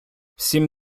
всім